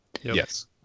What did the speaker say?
Yes